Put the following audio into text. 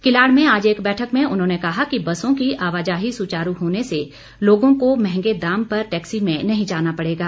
किलाड़ में आज एक बैठक में उन्होंने कहा कि बसों की आवाजाही सुचारू होने से लोगों को महंगे दाम पर टैक्सी में नही जाना पड़ेगा